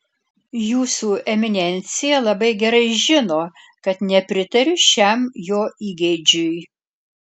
jūsų eminencija labai gerai žino kad nepritariu šiam jo įgeidžiui